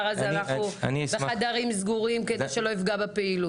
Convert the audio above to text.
על הדבר הזה בחדרים סגורים כדי שלא יפגע בפעילות?